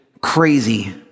crazy